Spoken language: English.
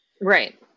Right